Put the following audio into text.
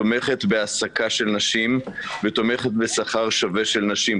תומכת בהעסקה של נשים ותומכת בשכר שווה לנשים.